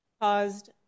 caused